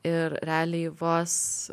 ir realiai vos